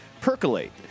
Percolate